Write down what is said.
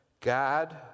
God